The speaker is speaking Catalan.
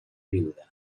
viuda